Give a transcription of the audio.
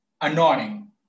annoying